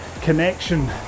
connection